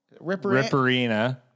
Ripperina